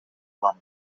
кылам